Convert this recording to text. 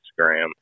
Instagram